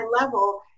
level